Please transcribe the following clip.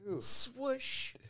Swoosh